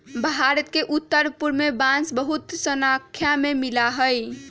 भारत के उत्तर पूर्व में बांस बहुत स्नाख्या में मिला हई